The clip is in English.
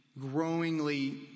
growingly